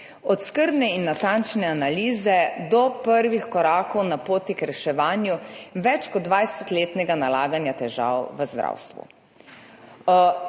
od skrbne in natančne analize do prvih korakov na poti k reševanju več kot 20-letnega nalaganja težav v zdravstvu.